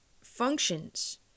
functions